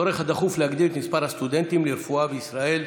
הצורך הדחוף להגדיל את מספר הסטודנטים לרפואה בישראל,